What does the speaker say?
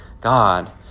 God